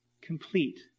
complete